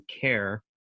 care